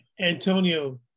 Antonio